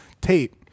tape